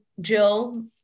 Jill